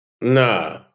Nah